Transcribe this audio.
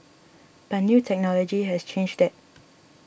but new technology has changed that